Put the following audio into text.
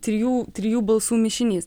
trijų trijų balsų mišinys